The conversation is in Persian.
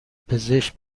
پزشک